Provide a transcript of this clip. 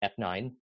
F9